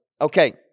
Okay